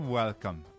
welcome